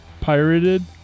pirated